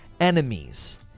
enemies